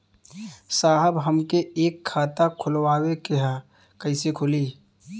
साहब हमके एक खाता खोलवावे के ह कईसे खुली?